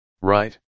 right